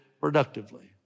productively